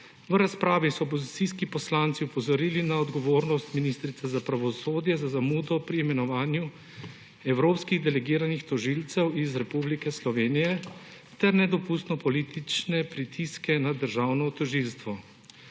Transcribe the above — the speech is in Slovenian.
V razpravi so opozicijski poslanci opozorili na odgovornost ministrice za pravosodje za zamudo pri imenovanju evropskih delegiranih tožilcev iz Republike Slovenije ter nedopustno politične pritiske na Državno tožilstvo.